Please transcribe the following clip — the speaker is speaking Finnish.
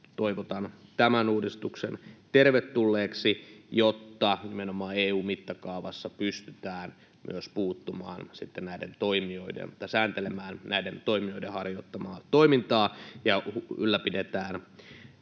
toivotan tämän uudistuksen tervetulleeksi, jotta nimenomaan EU:n mittakaavassa pystytään myös sääntelemään näiden toimijoiden harjoittamaa toimintaa ja ylläpidetään